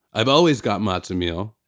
i've always got matzo meal,